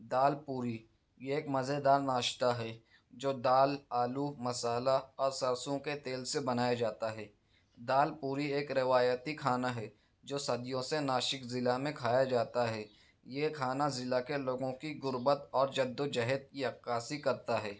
دال پوری یہ ایک مزیدار ناشتہ ہے جو دال آلو مسالہ اور سرسوں کے تیل سے بنایا جاتا ہے دال پوری ایک روایتی کھانا ہے جو صدیوں سے ناسک ضلع میں کھایا جاتا ہے یہ کھانا ضلع کے لوگوں کی غربت اور جد وجہد کی عکاسی کرتا ہے